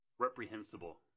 reprehensible